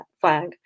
flag